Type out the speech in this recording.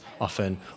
often